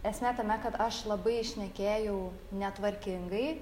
esmė tame kad aš labai šnekėjau netvarkingai